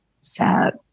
sad